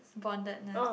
boundedness